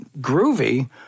groovy